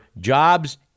jobs